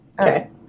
Okay